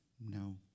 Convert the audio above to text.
No